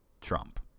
Trump